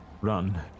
run